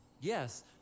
Yes